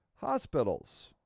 hospitals